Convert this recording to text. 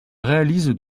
réalise